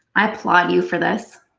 inapplaud you for this.